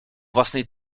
własnej